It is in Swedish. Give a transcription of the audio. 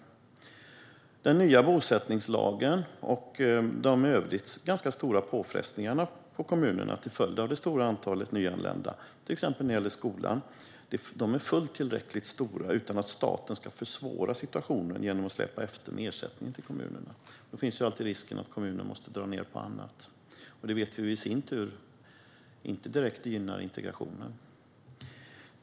Effekterna av den nya bosättningslagen och de i övrigt ganska stora påfrestningarna på kommunerna som kommit till följd av det stora antalet nyanlända, till exempel vad gäller skolan, är tillräckligt stora utan att staten behöver försvåra situationen genom att släpa efter med ersättningarna till kommunerna. Annars finns risken att kommunerna behöver dra ned på annat. Vi vet ju att det i sin tur inte direkt gynnar integrationen.